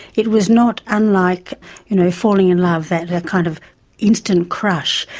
it was not unlike you know falling in love, that kind of instant crush,